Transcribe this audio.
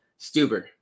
Stuber